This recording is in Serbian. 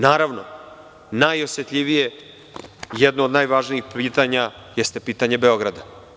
Naravno, najosetljivije i jedno od najvažnijih pitanja jeste pitanje Beograda.